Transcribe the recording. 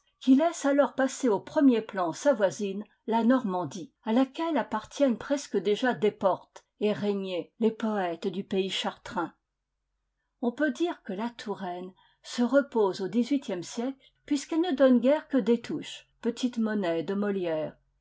qui laisse alors passer au premier plan sa voisine la normandie à laquelle appartiennent presque déjà desportes et régnier les poètes du pays chartrain on peut dire que la touraine se repose au dix-huitième siècle puisqu'elle ne donne guère que destouches petite monnaie de molière